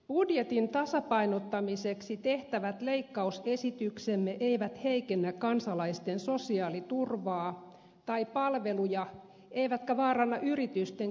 budjetin tasapainottamiseksi tehtävät leikkausesityk semme eivät heikennä kansalaisten sosiaaliturvaa tai palveluja eivätkä vaaranna yritysten kilpailukykyä